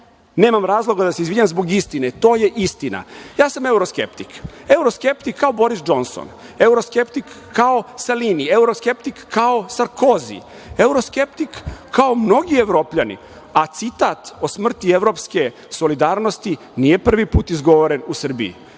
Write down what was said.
Nemam razloga da se izvinjavam zbog istine. To je istina. Ja sam evroskeptik. Evroskeptik kao Boris Džonson, evroskeptik kao Salini, evroskeptik kao Sarkozi, evroskeptik kao mnogi Evropljani, a citat o smrti evropske solidarnosti nije prvi put izgovoren u Srbiji.